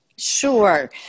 Sure